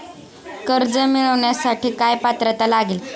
कर्ज मिळवण्यासाठी काय पात्रता लागेल?